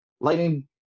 Lightning